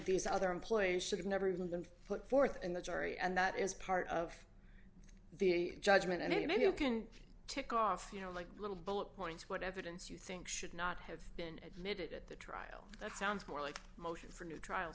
these other employees should have never even been put forth in the jury and that is part of the judgment and you can tick off you know like a little bullet points what evidence you think should not have been admitted at the trial that sounds more like a motion for new trial